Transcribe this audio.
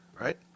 right